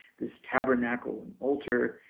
this tabernacle and altar,